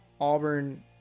auburn